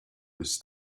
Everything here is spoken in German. ist